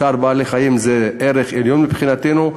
צער בעלי-חיים זה ערך עליון מבחינתנו,